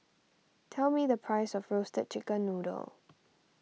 tell me the price of Roasted Chicken Noodle